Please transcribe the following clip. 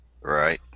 Right